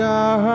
God